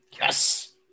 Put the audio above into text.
yes